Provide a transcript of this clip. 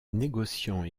négociant